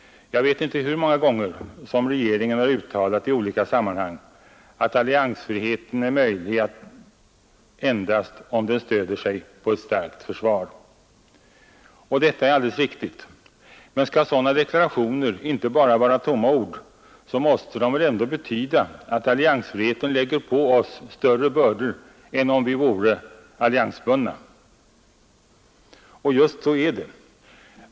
Jag vet inte hur många gånger som regeringen har uttalat i olika sammanhang, att alliansfriheten är möjlig endast om den stöder sig på ett starkt försvar. Detta är alldels riktigt. Men skall sådana deklarationer inte bara vara tomma ord så måste de väl betyda att alliansfriheten lägger på oss större bördor än om vi vore alliansbundna. Och just så är det.